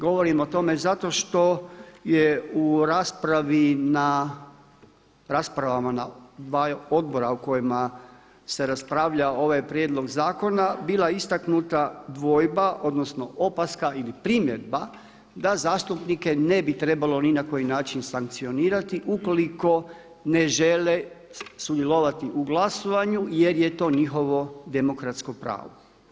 Govorim o tome zato što je u raspravi na raspravama na dvaju odbora u kojima se raspravljao ovaj prijedlog zakona bila istaknuta dvojba odnosno opaska ili primjedba da zastupnike ne bi trebalo ni na koji način sankcionirati ukoliko ne žele sudjelovati u glasovanju jer je to njihovo demokratsko pravo.